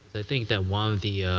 i think that one